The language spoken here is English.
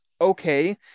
okay